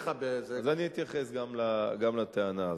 אז אני אתייחס גם לטענה הזאת.